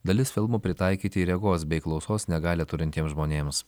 dalis filmų pritaikyti regos bei klausos negalią turintiems žmonėms